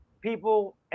people